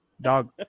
dog